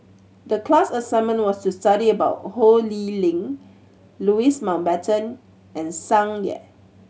the class assignment was to study about Ho Lee Ling Louis Mountbatten and Tsung Yeh